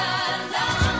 alone